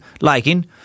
liking